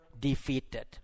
defeated